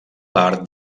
l’art